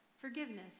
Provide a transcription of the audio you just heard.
forgiveness